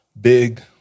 big